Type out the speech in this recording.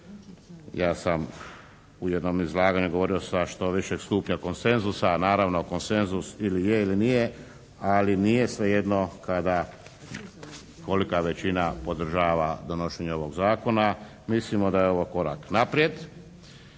Ja sam u jednom izlaganju govorio sa što većeg stupnja konsenzusa, a naravno konsenzus ili je ili nije, ali nije svejedno kada tolika većina podržava donošenje ovog Zakona. Mislimo da je ovo korak naprijed,